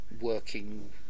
working